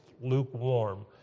lukewarm